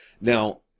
Now